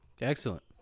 Excellent